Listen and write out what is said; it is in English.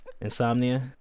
Insomnia